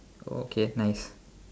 okay nice